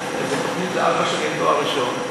זאת תוכנית לארבע שנים לתואר ראשון,